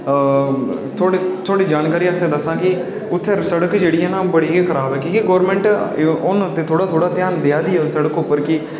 थुआड़ी जानकारी आस्तै दस्सा कि उत्थै सड़क जेह्ड़ी ऐ बड़ी गै खराब ऐ की के गोरमैंट हून थोह्ड़ा थोह्ड़ा ध्यान देआ दी ऐ सड़क उप्पर कि